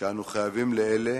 שאנו חייבים לאלה